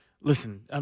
listen